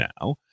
now